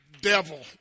devil